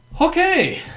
Okay